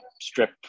strip